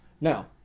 Now